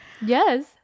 yes